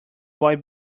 boy